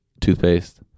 Toothpaste